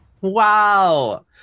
Wow